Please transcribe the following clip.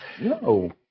No